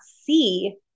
see